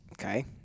okay